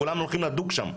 כולם הולכים לדוג שם,